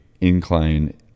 incline